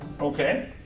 Okay